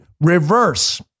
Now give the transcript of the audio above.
reverse